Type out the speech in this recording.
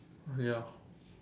okay ya